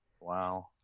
Wow